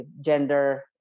gender